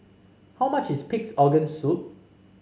how much is Pig's Organ Soup